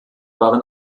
waren